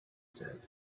said